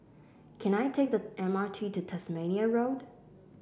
can I take the M R T to Tasmania Road